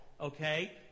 okay